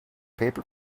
paper